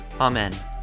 amen